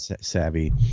savvy